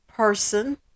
person